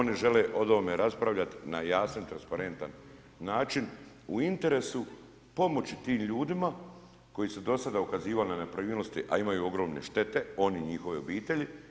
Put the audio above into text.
Niti oni žele o ovome raspravljati na jasan i transparentan način u interesu pomoći tim ljudima koji su do sada ukazivali na nepravilnosti, a imaju ogromne štete, oni i njihove obitelji.